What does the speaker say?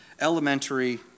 elementary